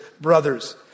brothers